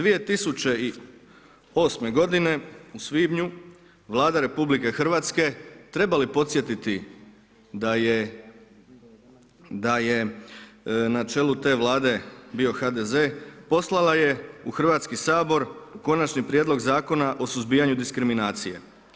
2008. godine u svibnju Vlada RH, treba li podsjetiti da je na čelu te Vlade bio HDZ, poslala je u Hrvatski sabor Konačni prijedlog Zakona o suzbijanju diskriminacije.